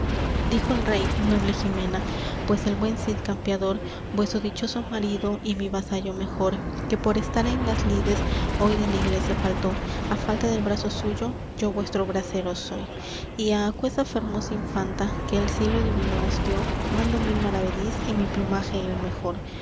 dijo el rey noble jimena pues el buen cid campeador vueso dichoso marido y mi vasallo mejor que por estar en las lides hoy de la iglesia faltó á falta del brazo suyo yo vuestro bracero soy y á aquesa fermosa infanta que el cielo divino os dió mando mil maravedís y mi plumaje el mejor